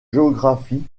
géographie